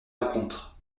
rencontre